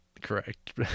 Correct